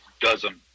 dozen